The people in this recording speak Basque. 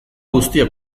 guzia